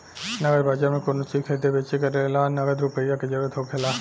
नगद बाजार में कोनो चीज खरीदे बेच करे ला नगद रुपईए के जरूरत होखेला